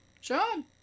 Sean